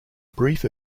brief